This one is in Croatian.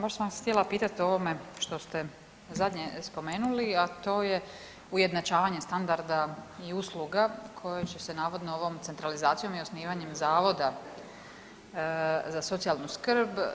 Baš sam vas htjela pitati o ovome što ste zadnje spomenuli, a to je ujednačavanje standarda i usluga koje će se navodno ovom centralizacijom i osnivanjem zavoda za socijalnu skrb.